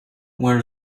were